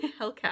hellcat